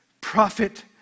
prophet